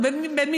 אבל בין מגזרים.